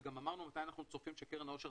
וגם אמרנו מתי אנחנו צופים שקרן העושר